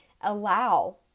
allow